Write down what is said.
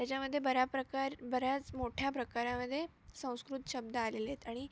त्याच्यामध्ये बऱ्या प्रकार बऱ्याच मोठ्या प्रकारामध्ये संस्कृत शब्द आलेले आहेत आणि